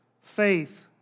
Faith